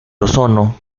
ozono